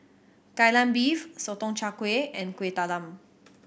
Kai Lan Beef Sotong Char Kway and Kueh Talam